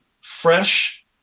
fresh